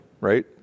right